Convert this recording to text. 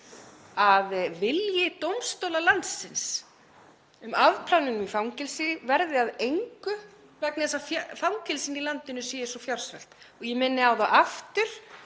að vilji dómstóla landsins um afplánun í fangelsi verði að engu vegna þess að fangelsin í landinu séu svo fjársvelt. Ég minni á það aftur